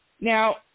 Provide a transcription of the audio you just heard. Now